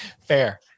Fair